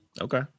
Okay